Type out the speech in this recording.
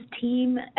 team